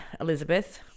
Elizabeth